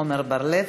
עמר בר-לב,